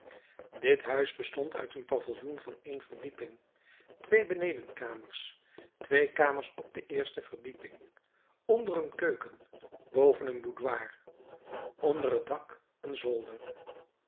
uit een paviljoen van één verdieping twee benedenkamers twee kamers op de eerste verdieping onder een keuken boven een boudoir onder het dak een zolder